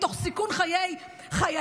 תוך סיכון חיי חיילינו,